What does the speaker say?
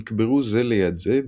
נקברו זה ליד זה,